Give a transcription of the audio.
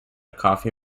coffee